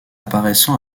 apparaissant